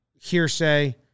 hearsay